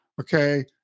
okay